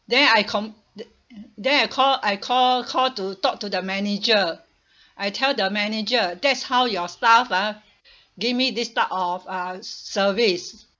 then I com~ the~ then I call I call call to talk to the manager I tell the manager that's how your staff ah give me this type of uh service